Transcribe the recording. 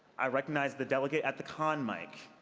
i recognize the delegate at the con mic.